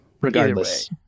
regardless-